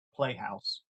playhouse